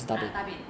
ah 大便